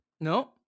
No